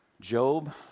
Job